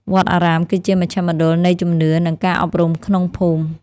វត្តអារាមគឺជាមជ្ឈមណ្ឌលនៃជំនឿ និងការអប់រំក្នុងភូមិ។